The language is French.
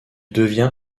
devient